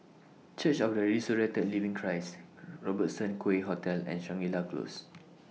Church of The Resurrected Living Christ Robertson Quay Hotel and Shangri La Close